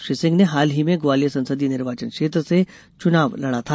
श्री सिंह ने हाल ही में ग्वालियर संसदीय निर्वाचन क्षेत्र से चुनाव लड़ा था